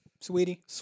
Sweetie